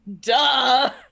duh